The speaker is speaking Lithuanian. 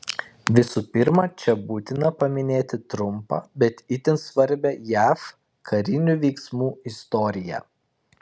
visų pirma čia būtina paminėti trumpą bet itin svarbią jav karinių veiksmų istoriją